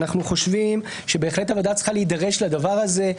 אנחנו חושבים שהוועדה בהחלט צריכה להידרש לדבר הזה.